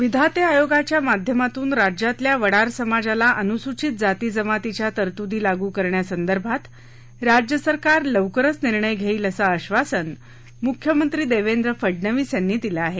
विधाते आयोगाच्या माध्यमातून राज्यातल्या वडार समाजाला अनुसूचित जाती जमातीच्या तरतूदी लागू करण्यासंदर्भात राज्य सरकार लवकरच निर्णय घेईल असं आश्वासन मुख्यमंत्री देवेंद्र फडनवीस यांनी दिलं आहे